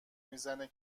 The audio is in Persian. میزنه